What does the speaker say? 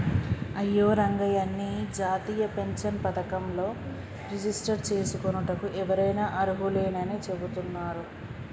అయ్యో రంగయ్య నీ జాతీయ పెన్షన్ పథకంలో రిజిస్టర్ చేసుకోనుటకు ఎవరైనా అర్హులేనని చెబుతున్నారు